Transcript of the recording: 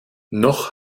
noch